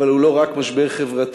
אבל הוא לא רק משבר חברתי,